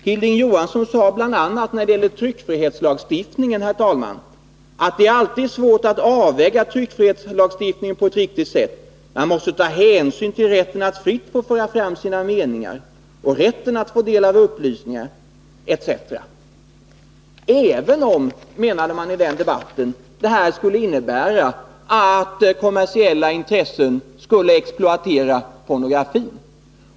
Han sade bl.a. att det alltid är svårt att avväga tryckfrihetslagstiftningen på ett riktigt sätt, att man måste ta hänsyn till rätten att fritt få föra fram sina meningar och rätten att få del av upplysningar etc. Men detta skulle ju kunna innebära att kommersiella intressen exploaterar pornografin.